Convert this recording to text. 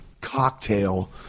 cocktail